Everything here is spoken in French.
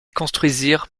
construisirent